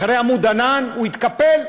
אחרי "עמוד ענן" הוא התקפל.